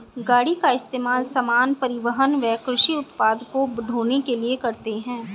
गाड़ी का इस्तेमाल सामान, परिवहन व कृषि उत्पाद को ढ़ोने के लिए करते है